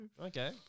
Okay